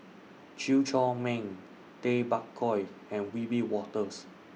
Chew Chor Meng Tay Bak Koi and Wiebe Wolters